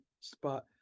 spot